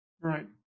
Right